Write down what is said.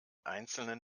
einzelnen